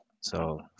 So-